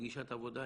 פגישת עבודה.